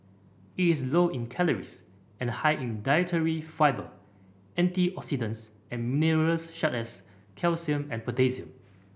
it is low in calories and high in dietary fibre antioxidants and minerals such as calcium and potassium